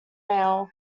mail